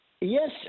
Yes